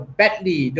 badly